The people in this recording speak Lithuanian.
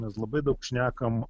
mes labai daug šnekam